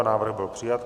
Návrh byl přijat.